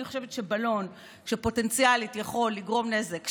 אני חושבת שבלון שפוטנציאלית יכול לגרום נזק,